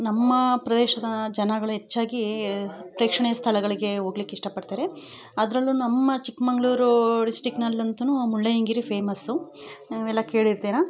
ನಮ್ಮ ಪ್ರದೇಶದ ಜನಗಳು ಹೆಚ್ಚಾಗಿ ಪ್ರೇಕ್ಷಣೀಯ ಸ್ಥಳಗಳಿಗೆ ಹೋಗ್ಲಿಕ್ಕೆ ಇಷ್ಟ ಪಡ್ತಾರೆ ಅದರಲ್ಲು ನಮ್ಮ ಚಿಕ್ಕಮಗಳೂರು ಡಿಸ್ಟಿಕ್ನಲ್ಲಿ ಅಂತೂ ಮುಳ್ಳಯ್ಯನಗಿರಿ ಫೇಮಸ್ಸು ನೀವೆಲ್ಲ ಕೇಳಿರ್ತೀರಿ